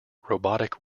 robotic